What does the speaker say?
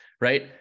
right